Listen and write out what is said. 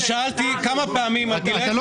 אני שאלתי כמה פעמים על גילאי 67 --- אתה לא